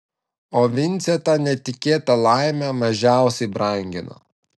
o vincė tą netikėtą laimę mažiausiai brangino